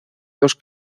dos